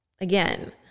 Again